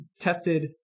tested